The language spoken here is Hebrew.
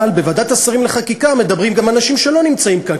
אבל בוועדת השרים לחקיקה מדברים גם אנשים שלא נמצאים כאן,